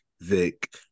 Vic